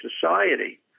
society